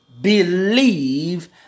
believe